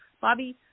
Bobby